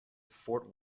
fort